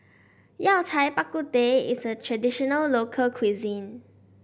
Yao Cai Bak Kut Teh is a traditional local cuisine